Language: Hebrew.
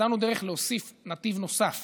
מצאנו דרך להוסיף נתיב נוסף